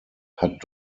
hat